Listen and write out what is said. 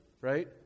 right